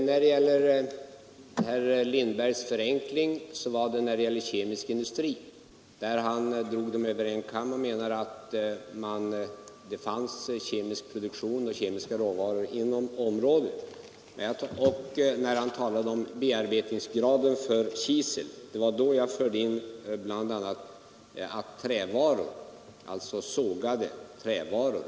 Herr talman! Herr Lindbergs förenkling gällde den kemiska industrin, som han drog över en kam när han menade att det fanns kemisk industri över lag som hämtar sina råvaror inom området. Det var också med anledning av herr Lindbergs tal om bearbetningsgrad för kisel som jag bl.a. pekade på sågade trävaror.